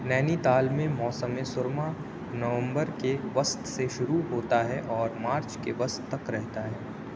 نینیتال میں موسم سرما نومبر کے وسط سے شروع ہوتا ہے اور مارچ کے وسط تک رہتا ہے